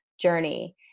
journey